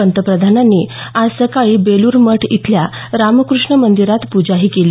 पंतप्रधानांनी आज सकाळी बेलूर मठ इथल्या रामकृष्ण मंदिरात पूजाही केली